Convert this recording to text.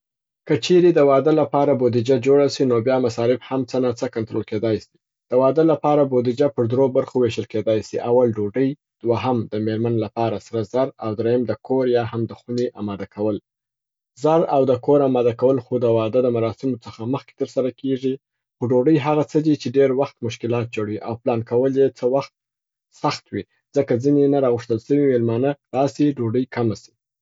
که چیري د واده لپاره بودیجه جوړه سي نو بیا مصارف هم څه ناڅه کنترول کیدای سي. د واده لپاره بودیجه پر درو برخو ویشل کیدای سي، اول ډوډۍ، دوهم د میرمن لپاره سره زر، او دریم د کور یا هم د خوني اماده کول. زر او د کور اماده کول خو د واده د مراسمو څخه مخکې تر سره کیږي، خو ډوډۍ هغه څه دي چې ډېر وخت مشکلات جوړي او پلان کول یې څه وخت سخت وي ځکه ځیني نه راغوښتل سوي میلمانه راسي ډوډۍ کمه سي.